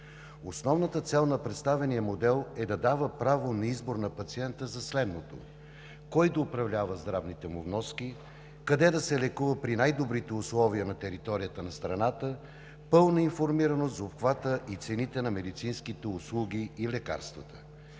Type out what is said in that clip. Основната цел на представения модел е да дава право на избор на пациента за следното: кой да управлява здравните му вноски; къде да се лекува при най-добрите условия на територията на страната; пълна информираност за обхвата и цените на медицинските услуги и лекарствата.